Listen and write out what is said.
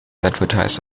advertised